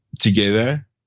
together